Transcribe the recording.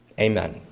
Amen